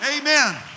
Amen